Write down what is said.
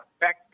back